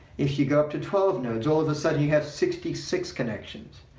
if you go up to twelve nodes, all of a sudden you have sixty six connections.